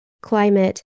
climate